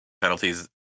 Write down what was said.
penalties